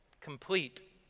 complete